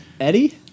Eddie